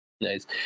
nice